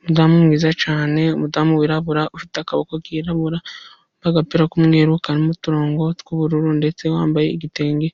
Umudamu mwiza cyane, umudamu wirabura, ufite akaboko kirabura, n'agapira k'umweru karimo uturongo tw'ubururu, ndetse wambaye igitenge